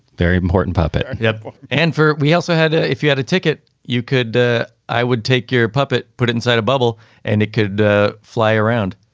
very important puppet. yep and for we also had if you had a ticket you could ah i would take your puppet put inside a bubble and it could ah fly around.